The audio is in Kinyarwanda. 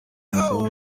amasomo